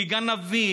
כגנבים,